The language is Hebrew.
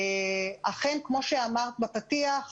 אכן, כפי שאמרת בפתיח,